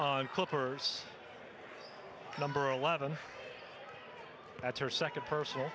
call clippers number eleven that's her second person